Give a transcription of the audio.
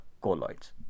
colloids